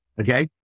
Okay